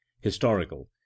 Historical